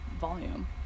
volume